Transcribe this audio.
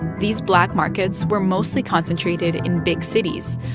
these black markets were mostly concentrated in big cities,